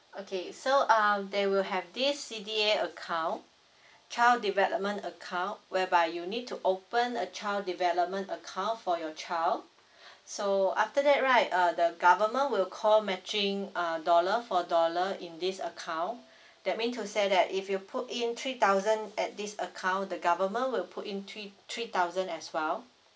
okay so um they will have this C_D_A account child development account whereby you need to open a child development account for your child so after that right uh the government will co matching uh dollar for dollar in this account that mean to say that if you put in three thousand at this account the government will put in three three thousand as well